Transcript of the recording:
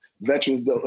veterans